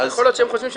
יכול להיות שהם חושבים,